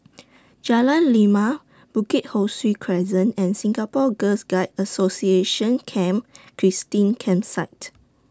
Jalan Lima Bukit Ho Swee Crescent and Singapore Girls Guides Association Camp Christine Campsite